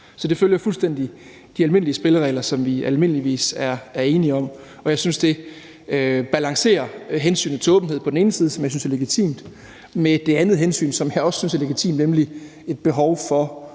Så det følger fuldstændig de almindelige spilleregler, som vi almindeligvis er enige om. Jeg synes, at hensynet til åbenhed på den ene side, som jeg synes er legitimt, balancerer med det andet hensyn, som jeg også synes er legitimt, nemlig et behov for